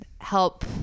help